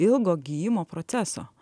ilgo gijimo proceso